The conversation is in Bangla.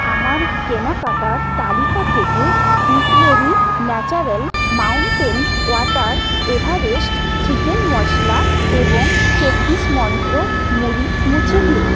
আমার কেনাকাটার তালিকা থেকে Bisleri natural mountain water Everest chicken masala এবং চব্বিশ মন্ত্র মুড়ি মুছে দিন